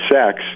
sex